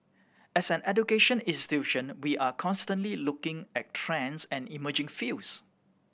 as an education institution we are constantly looking at trends and emerging fields